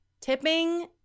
tipping